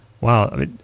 Wow